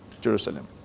Jerusalem